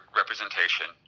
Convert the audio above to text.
representation